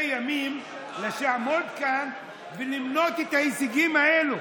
ימים לעמוד כאן ולמנות את ההישגים האלה.